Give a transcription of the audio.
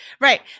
right